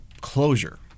closure